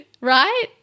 right